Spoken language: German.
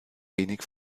wenig